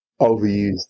overused